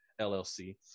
LLC